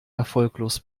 erfolglos